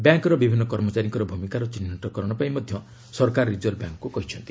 ବ୍ୟାଙ୍କର ବିଭିନ୍ନ କର୍ମଚାରୀଙ୍କର ଭୂମିକାର ଚିହ୍ନଟ କରଣ ପାଇଁ ମଧ୍ୟ ସରକାର ରିଜର୍ଭ ବ୍ୟାଙ୍କ୍କୁ କହିଛନ୍ତି